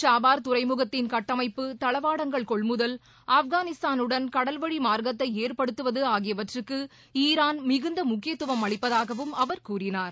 ஜாபார் துறைமுகத்தின் கட்டமைப்பு தளவாடங்கள் கொள்முதல் ஆப்கானிஸ்தானுடன் கடல்வழி மார்க்கத்தை ஏற்படுத்துவது ஆகியவற்றுக்கு ஈரான் மிகுந்த முக்கியத்துவம் அளிப்பதாகவும் அவர் கூறினார்